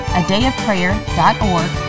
adayofprayer.org